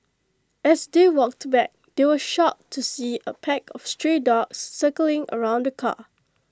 as they walked back they were shocked to see A pack of stray dogs circling around the car